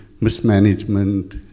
mismanagement